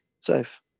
safe